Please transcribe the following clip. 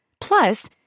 Plus